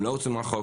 הם לא הוצאו מהחוק.